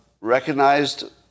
recognized